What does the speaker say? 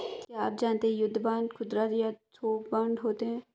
क्या आप जानते है युद्ध बांड खुदरा या थोक बांड होते है?